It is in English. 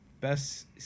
Best